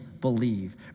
believe